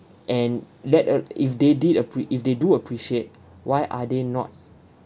and let uh if they did appre~ if they do appreciate why are they not